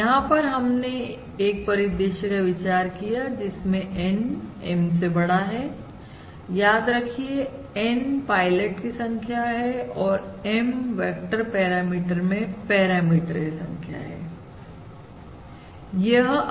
यहां पर हमने एक परिदृश्य का विचार किया जिसमें N M से बड़ा है याद रखिए N पायलट की संख्या है और M वेक्टर पैरामीटर में पैरामीटर की संख्या के बराबर है